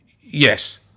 yes